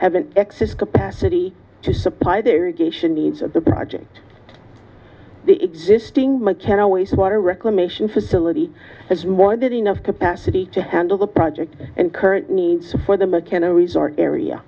have an excess capacity to supply their edition needs of the project the existing mccann always water reclamation facility has more than enough capacity to handle the project and current needs for the mckenna resort area